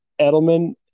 Edelman